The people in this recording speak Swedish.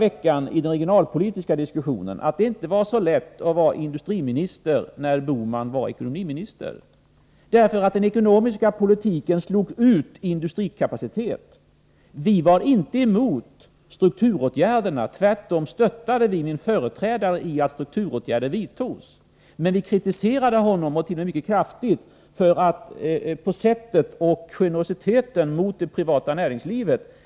Jag sade i den regionalpolitiska diskussionen i kammaren förra veckan att det inte kan ha varit så lätt att vara industriminister när Bohman var ekonomiminister, därför att den ekonomiska politiken slog ut industrikapacitet. Vi var inte emot strukturåtgärderna — tvärtom stöttade vi min företrädare när det gällde att vidta strukturåtgärder. Men vi kritiserade honom — t.o.m. mycket kraftigt — för det sätt på vilket åtgärderna genomfördes och för generositeten mot det privata näringslivet.